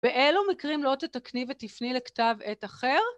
באלו מקרים לא תתקני ותפני לכתב עת אחר.